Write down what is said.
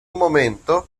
momento